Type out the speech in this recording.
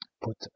put